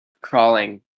crawling